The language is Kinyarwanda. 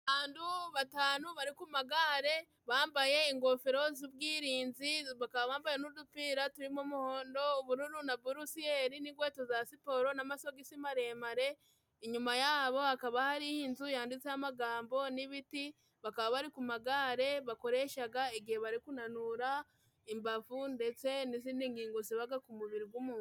Abandu batanu bari ku magare bambaye ingofero z'ubwirinzi, bakaba bambaye n'udupira turimo umuhondo, ubururu na buresiyeri n'ingweto za siporo n'amasogisi maremare. Inyuma yabo hakaba hariho inzu yanditseho amagambo n'ibiti, bakaba bari ku magare bakoreshaga igihe bari kunanura imbavu ndetse n'izindi ngingo zibaga ku mubiri g'umundu.